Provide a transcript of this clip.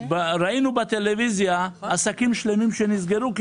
ראינו בטלוויזיה עסקים שלמים שנסגרו כי